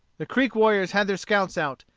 the creek warriors had their scouts out,